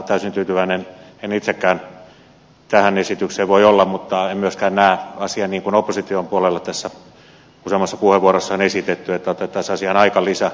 täysin tyytyväinen en itsekään tähän esitykseen voi olla mutta en myöskään näe asiaa niin kuin opposition puolella useammassa puheenvuorossa on esitetty että otettaisiin asiaan aikalisä